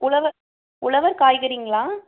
உழவர் உழவர் காய்கறிங்களா